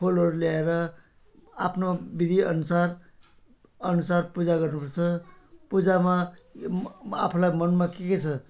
फुलहरू ल्याएर आफ्नो विधिअनुसार अनुसार पूजा गर्नुपर्छ पूजामा म म आफूलाई मनमा के के छ